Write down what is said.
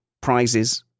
prizes